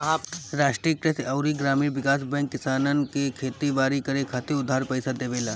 राष्ट्रीय कृषि अउरी ग्रामीण विकास बैंक किसानन के खेती बारी करे खातिर उधार पईसा देवेला